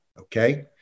okay